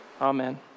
amen